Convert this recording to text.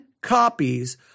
copies